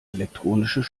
elektronisches